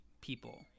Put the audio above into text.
people